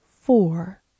four